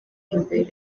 imbere